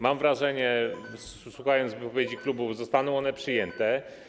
Mam wrażenie, słuchając wypowiedzi klubowych, że zostaną one przyjęte.